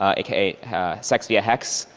ah aka sex via hex,